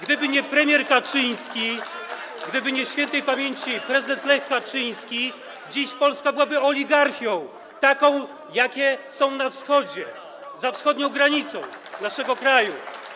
Gdyby nie premier Kaczyński, gdyby nie śp. prezydent Lech Kaczyński, dziś Polska byłaby oligarchią taką, jakie są na Wschodzie, za wschodnią granicą naszego kraju.